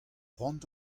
cʼhoant